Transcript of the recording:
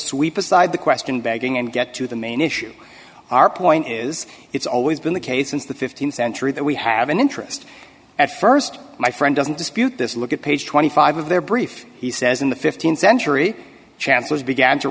sweep aside the question begging and get to the main issue our point is it's always been the case since the th century that we have an interest at st my friend doesn't dispute this look at page twenty five of their brief he says in the th century chances began to